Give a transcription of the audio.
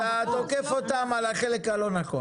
סימון, אתה תוקף אותן על החלק הלא נכון.